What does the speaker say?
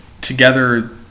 together